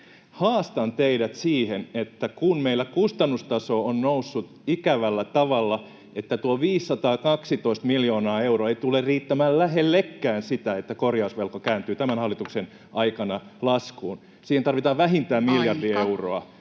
Haastan teidät, kun meillä kustannustaso on noussut ikävällä tavalla niin, että tuo 512 miljoonaa euroa ei tule riittämään lähellekään sitä, että korjausvelka kääntyy tämän hallituksen aikana laskuun, vaan siihen tarvitaan vähintään [Puhemies: